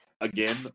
Again